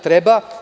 Treba.